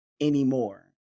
anymore